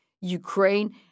Ukraine